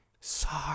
sorry